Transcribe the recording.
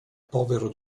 povero